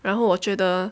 然后我觉得